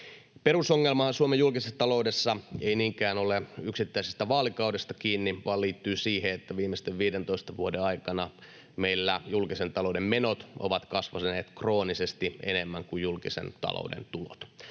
Perusongelmahan Suomen julkisessa taloudessa ei niinkään ole yksittäisestä vaalikaudesta kiinni vaan liittyy siihen, että viimeisten viidentoista vuoden aikana meillä julkisen talouden menot ovat kasvaneet kroonisesti enemmän kuin julkisen talouden tulot.